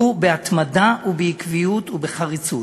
הוא בהתמדה ובעקביות ובחריצות